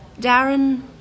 Darren